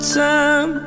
time